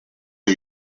are